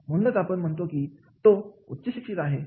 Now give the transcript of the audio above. म्हणूनच आपण म्हणतो की तो उच्चशिक्षित आहे